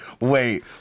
wait